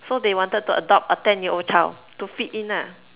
so they wanted to adopt a ten year old child to fit in lah